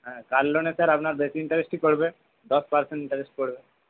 হ্যাঁ কার লোনে স্যার আপনার বেশি ইন্টারেস্টই পড়বে দশ পার্সেন্ট ইন্টারেস্ট পড়বে